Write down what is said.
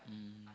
mm